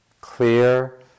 clear